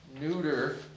neuter